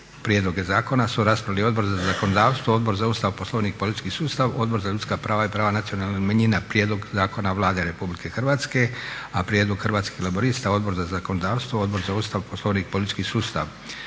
prijedloge zakona su raspravili Odbor za zakonodavstvo, Odbor za Ustav, Poslovnik i politički sustav, Odbor za ljudska prava i prava nacionalnih manjina prijedlog zakona Vlade Republike Hrvatske, a prijedlog Hrvatskih laburista Odbor za zakonodavstvo, Odbor za Ustav, Poslovnik i politički sustav.